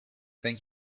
thank